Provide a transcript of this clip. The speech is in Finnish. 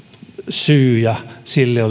syy ja sille